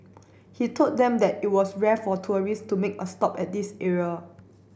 he told them that it was rare for tourists to make a stop at this area